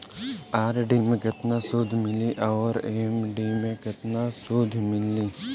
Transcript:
RD मे केतना सूद मिली आउर एफ.डी मे केतना सूद मिली?